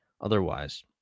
otherwise